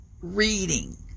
reading